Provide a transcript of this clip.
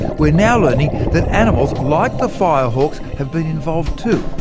we're now learning that animals like the firehawks have been involved too.